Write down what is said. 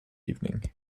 evening